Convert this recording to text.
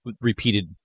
repeated